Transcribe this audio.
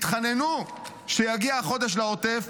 התחננו שיגיע חודש לעוטף.